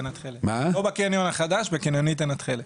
לא בקניון החדש, בקניונית עין התכלת.